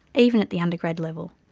even at the undergrad level,